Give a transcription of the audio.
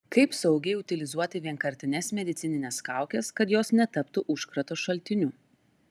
kaip saugiai utilizuoti vienkartines medicinines kaukes kad jos netaptų užkrato šaltiniu